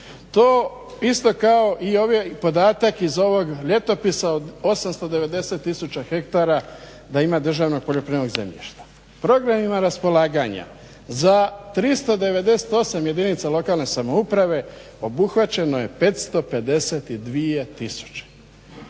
To isto kao i ovaj podatak iz ovog ljetopisa od 890 tisuća hektara da ima državnog poljoprivrednog zemljišta. Programima raspolaganja za 398 jedinica lokalne samouprave obuhvaćeno je 552